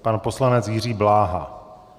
Pan poslanec Jiří Bláha.